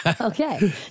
okay